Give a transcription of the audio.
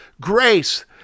Grace